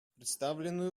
представленную